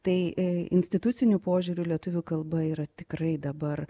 tai instituciniu požiūriu lietuvių kalba yra tikrai dabar